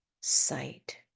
sight